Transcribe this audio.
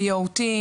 BOT,